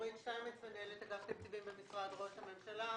מנהלת אגף תקציבים במשרד ראש הממשלה.